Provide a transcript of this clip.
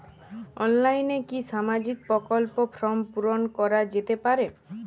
অনলাইনে কি সামাজিক প্রকল্পর ফর্ম পূর্ন করা যেতে পারে?